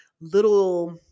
little